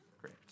Great